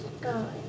go